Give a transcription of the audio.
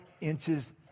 inches